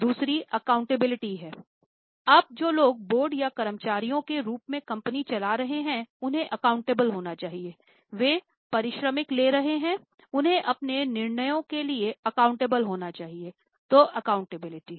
दूसरी एकाउंटेबिलिटी